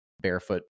barefoot